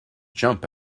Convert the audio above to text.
jump